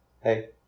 hey